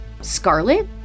Scarlet